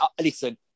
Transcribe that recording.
listen